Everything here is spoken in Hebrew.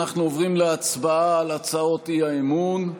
אנחנו עוברים להצבעה על הצעות האי-אמון,